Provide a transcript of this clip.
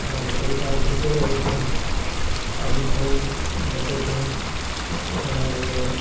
आओर कभी कभार ठीको रहै छै कभी धान रोपै छै आओर